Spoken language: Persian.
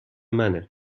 منه